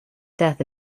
death